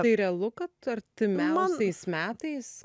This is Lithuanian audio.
tai realu kad artimiausiais metais